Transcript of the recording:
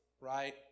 right